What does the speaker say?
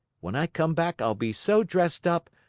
when i come back i'll be so dressed up,